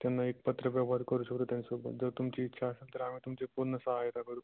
त्यांना एक पत्रव्यवहार करू शकतो त्यांच्यासोबत जर तुमची इच्छा असेल तर आम्ही तुमची पूर्ण सहायता करू